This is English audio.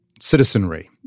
citizenry